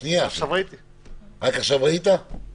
כל הכבוד לשפרעם ולאוסאמה שוודאי עזר לכם בניסוח,